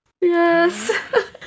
Yes